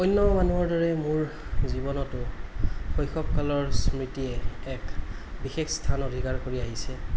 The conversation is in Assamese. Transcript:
অন্য মানুহৰ দৰে মোৰ জীৱনতো শৈশৱকালৰ স্মৃতিয়ে এক বিশেষ স্থানৰ অধিকাৰ কৰি আহিছে